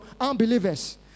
unbelievers